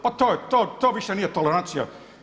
Pa to više nije tolerancija.